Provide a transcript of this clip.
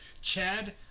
Chad